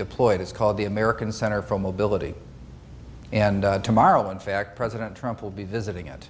deployed it's called the american center for mobility and tomorrow in fact president trump will be visiting it